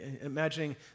imagining